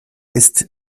ist